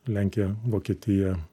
lenkiją vokietiją